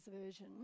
Version